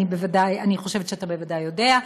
אני חושבת שאתה בוודאי יודע,